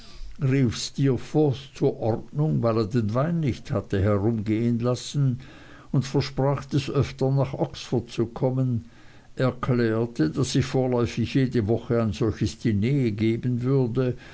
ordnung weil er den wein nicht hatte herumgehen lassen versprach des öftern nach oxford zu kommen erklärte daß ich vorläufig jede woche ein solches diner geben würde